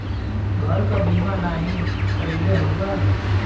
घर क बीमा नाही करइले हउवा